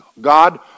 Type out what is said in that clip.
God